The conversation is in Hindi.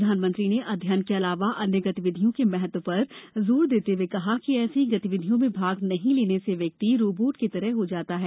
प्रधानमंत्री ने अध्ययन के अलावा अन्य गतिविधियों के महत्व पर जोर देते हए कहा कि ऐसी गतिविधियां में भाग नहीं लेने से व्यक्ति रॉबोट की तरह हो जाता है